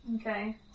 Okay